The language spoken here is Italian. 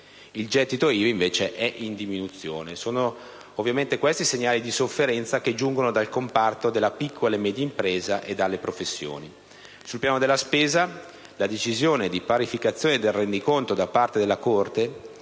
Il gettito IVA invece è in diminuzione. Sono segnali di sofferenza che giungono dal comparto della piccola e media impresa e dalle professioni. Sul piano della spesa, la decisione di parificazione del rendiconto da parte della Corte